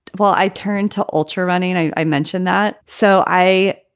well, i turned to ultra running and i i mentioned that. so i.